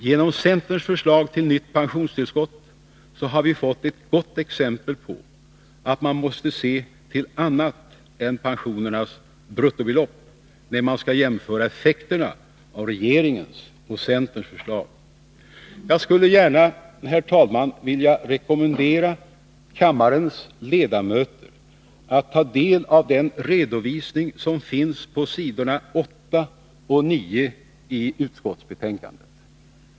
Genom centerns förslag till nytt pensionstillskott har vi fått ett gott exempel på att man måste se till annat än pensionernas bruttobelopp när man skall jämföra effekten av regeringen och centerns förslag. Jag skulle gärna, herr talman, vilja rekommendera kammarens ledamöter att ta del av den redovisning som finns på sidorna 8 och 9 i socialförsäkringsutskottets betänkande nr 13.